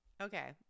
Okay